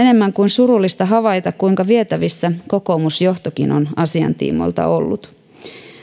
enemmän kuin surullista havaita kuinka vietävissä kokoomusjohtokin on asian tiimoilta ollut